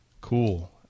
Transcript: Cool